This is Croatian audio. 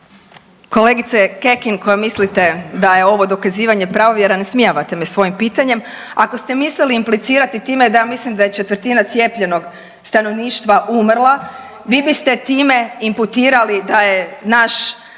Kolegice Kekin koja mislite da je ovo dokazivanje pravovjeran, ismijavate me svojim pitanjem. Ako ste mislili implicirati time da ja mislim da je četvrtina cijepljenog stanovništva mrla vi biste time imputirali da je naš